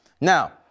Now